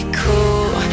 cool